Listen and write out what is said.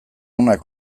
onak